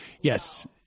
Yes